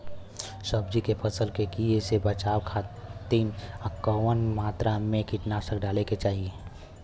सब्जी के फसल के कियेसे बचाव खातिन कवन मात्रा में कीटनाशक डाले के चाही?